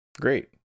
great